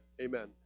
Amen